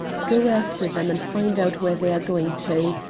go after them and find out where they are going to.